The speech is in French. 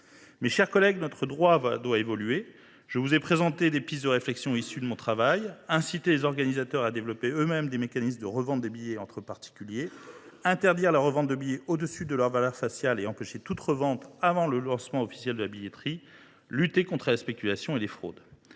Mes chers collègues, notre droit doit évoluer. Je vous ai présenté des pistes de réflexion issues de mon travail : il faut inciter les organisateurs à développer eux mêmes des mécanismes de revente des billets entre particuliers ; interdire la revente de billets au dessus de leur valeur faciale ; empêcher toute revente avant le lancement officiel de la billetterie ; lutter contre la spéculation et les fraudes.